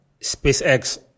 SpaceX